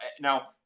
Now